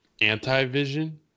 anti-vision